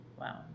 Wow